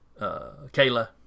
Kayla